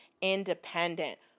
independent